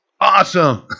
awesome